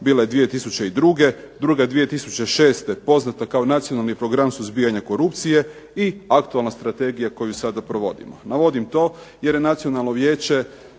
bila je 2002., druga 2006. poznata kao nacionalni program suzbijanja korupcije i aktualna strategija koju sada provodimo. Navodim to jer je nacionalno vijeće,